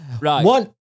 Right